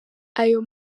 ayo